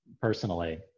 personally